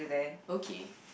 okay